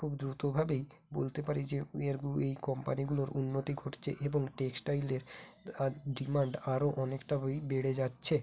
খুব দ্রুতভাবেই বলতে পারি যে এর এই কোম্পানিগুলোর উন্নতি ঘটছে এবং টেক্সটাইলের ডিমান্ড আরও অনেকটা ওই বেড়ে যাচ্ছে